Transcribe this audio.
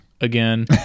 again